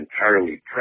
entirely